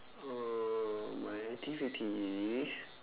uh my activity is